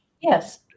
Yes